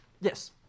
Yes